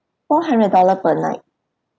four hundred dollar per night